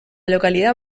localidad